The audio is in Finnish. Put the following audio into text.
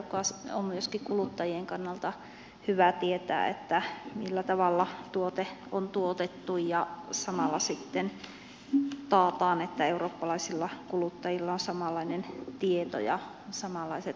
on myöskin kuluttajien kannalta hyvä tietää millä tavalla tuote on tuotettu ja samalla sitten taataan että eurooppalaisilla kuluttajilla on samanlainen tieto ja samanlaiset standardit